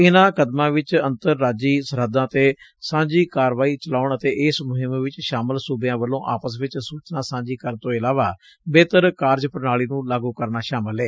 ਇਨੁਾਂ ਕਦਮਾਂ ਵਿੱਚ ਅੰਤਰਰਾਜੀ ਸਰਹੱਦਾਂ ਤੇ ਸਾਂਝੀ ਕਾਰਵਾਈ ਚਲਾਉਣ ਅਤੇ ਇਸ ਮੁਹਿੰਮ ਵਿੱਚ ਸ਼ਾਮਲ ਸੁਬਿਆਂ ਵੱਲੋਂ ਆਪਸ ਵਿੱਚ ਸੁਚਨਾ ਸਾਂਝੀ ਕਰਨ ਤੋਂ ਇਲਾਵਾ ਬਿਹਤਰ ਕਾਰਜ ਪੁਣਾਲੀ ਨੂੰ ਲਾਗੁ ਕਰਨਾ ਸ਼ਾਮਲ ਏ